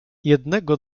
jednego